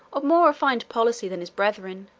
of more refined policy than his brethren,